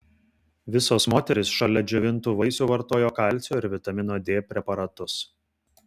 visos moterys šalia džiovintų vaisių vartojo kalcio ir vitamino d preparatus